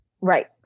Right